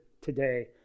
today